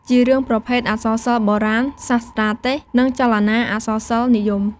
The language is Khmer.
ជារឿងប្រភេទ អក្សរសិល្ប៍បុរាណ សាស្រ្ដទេសន៍ និងចលនា អក្សរសិល្ប៍និយម។